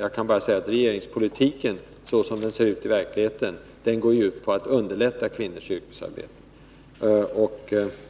Jag kan bara säga att regeringspolitiken, såsom den ser ut i verkligheten, går ut på att underlätta kvinnors yrkesarbete.